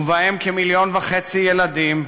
ובהם כמיליון וחצי ילדים,